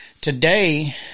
today